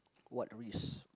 what risk